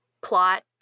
plot